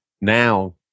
now –